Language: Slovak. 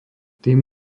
tým